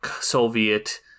Soviet